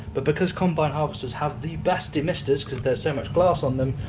but because combine harvesters have the best demisters, because there's so much glass on them,